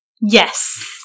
Yes